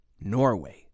Norway